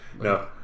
No